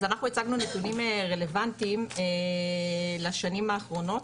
אנחנו הצגנו נתונים רלוונטיים לשנים האחרונות,